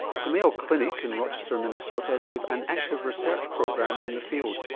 at the mayo clinic in rochester, minnesota, they've an active research program in the field,